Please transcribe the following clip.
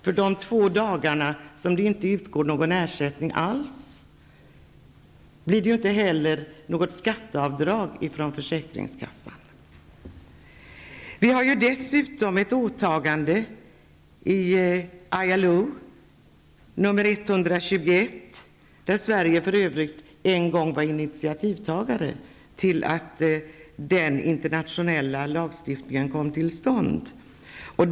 För de två dagar som det inte utgår någon ersättning alls blir det inte heller något skatteavdrag från försäkringskassan. Vi har dessutom ett åtagande i ILO nr 121, där Sverige för övrigt en gång var initiativtagare till att den internationella lagstiftningen kom till stånd.